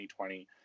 2020